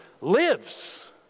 lives